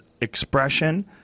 expression